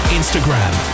instagram